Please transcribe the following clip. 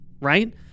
Right